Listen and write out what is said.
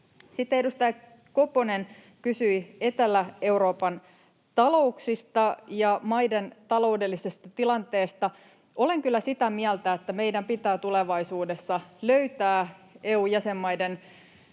Sitten edustaja Koponen kysyi Etelä-Euroopan talouksista ja maiden taloudellisesta tilanteesta. Olen kyllä sitä mieltä, että meidän pitää tulevaisuudessa löytää EU-jäsenmaiden